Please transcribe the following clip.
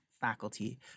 faculty